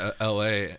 LA